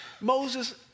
Moses